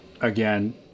again